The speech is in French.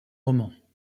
romans